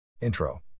Intro